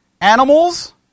animals